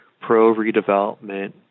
pro-redevelopment